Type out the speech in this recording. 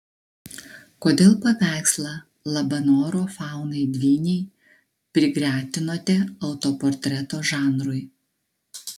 kodėl paveikslą labanoro faunai dvyniai prigretinote autoportreto žanrui